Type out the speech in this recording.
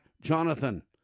Jonathan